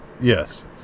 Yes